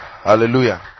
Hallelujah